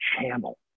channel